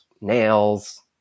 nails